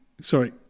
sorry